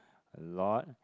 a lot